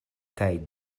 kaj